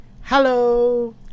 Hello